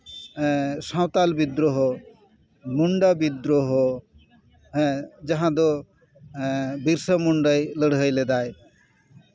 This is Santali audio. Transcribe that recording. ᱥᱟᱱᱛᱟᱲ ᱵᱤᱫᱽᱫᱨᱚᱦᱚ ᱢᱩᱱᱰᱟ ᱵᱤᱫᱽᱫᱨᱚᱦᱚ ᱦᱮᱸ ᱡᱟᱦᱟᱸ ᱫᱚ ᱵᱤᱨᱥᱟᱹ ᱢᱩᱱᱰᱟᱹᱭ ᱞᱟᱹᱲᱦᱟᱹᱭ ᱞᱮᱫᱟᱭ